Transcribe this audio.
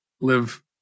live